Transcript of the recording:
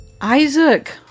Isaac